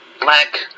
black